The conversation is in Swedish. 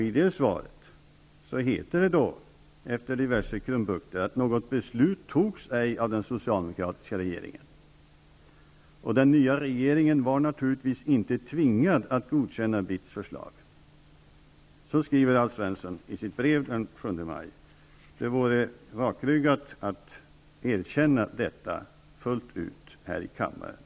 I sitt svar den 7 maj skriver Alf Svensson, efter diverse krumbukter, att ''något beslut togs ej av den socialdemokratiska regeringen'' och att ''den nya regeringen var naturligtvis inte tvingad att godkänna BITS förslag''. Det vore rakryggat att nu erkänna detta fullt ut här i kammaren.